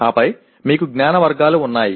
ఆపై మీకు జ్ఞాన వర్గాలు ఉన్నాయి